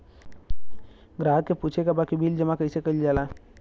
ग्राहक के पूछे के बा की बिल जमा कैसे कईल जाला?